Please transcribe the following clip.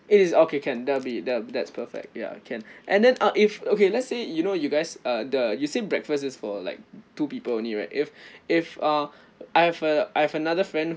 it is okay can that'll be that that's perfect ya can and then uh if okay let's say you know you guys uh the you say breakfast is for like two people only right if if uh I've a I've another friend